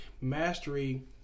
mastery